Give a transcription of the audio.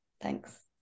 Thanks